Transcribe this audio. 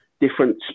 different